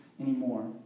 anymore